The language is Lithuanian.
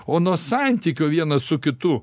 o nuo santykio vienas su kitu